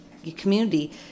community